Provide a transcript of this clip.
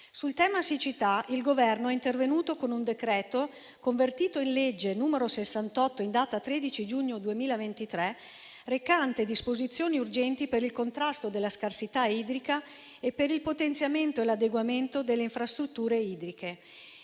Sul tema della siccità il Governo è intervenuto con un decreto-legge, convertito dalla legge n. 68 del 13 giugno 2023, recante disposizioni urgenti per il contrasto della scarsità idrica e per il potenziamento e l'adeguamento delle infrastrutture idriche.